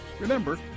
Remember